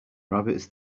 rabbits